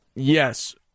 Yes